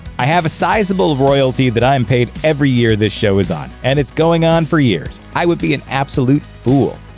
i have a sizable royalty that i am paid every year this show is on, and it's going on for years. i would be an absolute fool.